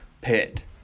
pit